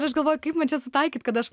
ir aš galvoju kaip man čia sutaikyt kad aš